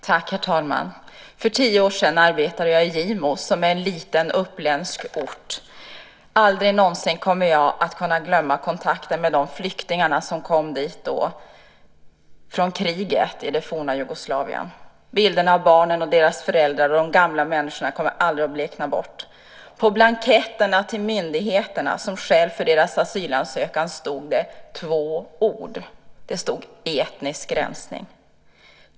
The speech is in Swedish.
Herr talman! För tio år sedan arbetade jag i Gimo, som är en liten uppländsk ort. Aldrig någonsin kommer jag att kunna glömma kontakten med de flyktingar som då kom dit från kriget i det forna Jugoslavien. Bilderna av barnen och deras föräldrar och av de gamla människorna kommer aldrig att blekna bort. På blanketterna till myndigheterna stod som skäl för deras asylansökan två ord: Etnisk rensning.